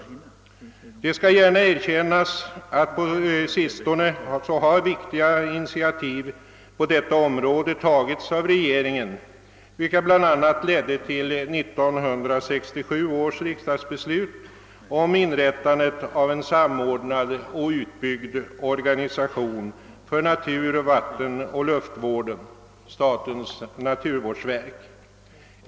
Det skall gärna erkännas att viktiga initiativ på detta område på sistone har tagits av regeringen. Dessa ledde bl.a. till 1967 års riksdagsbeslut om inrättandet av en samordnad och utbyggd organisation för natur-, vattenoch luftvård, statens naturvårdsverk.